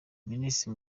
ministiri